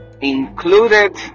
included